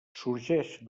sorgeix